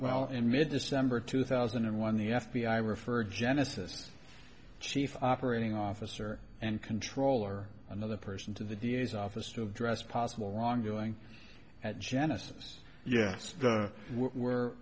well in mid december two thousand and one the f b i referred genesis chief operating officer and controller another person to the d a s office of dress possible wrongdoing at genesis yes where were